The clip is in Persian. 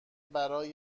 برای